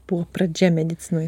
po pradžia medicinoj